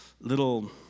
little